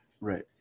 right